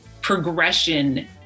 progression